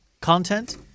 content